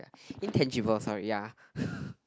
intangible sorry ya